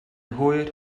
hwyr